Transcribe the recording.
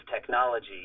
technology